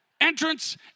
Entrance